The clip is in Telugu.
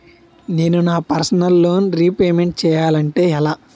నేను నా పర్సనల్ లోన్ రీపేమెంట్ చేయాలంటే ఎలా?